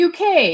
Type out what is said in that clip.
UK